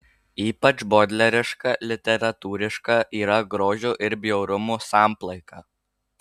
ypač bodleriška literatūriška yra grožio ir bjaurumo samplaika